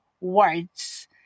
words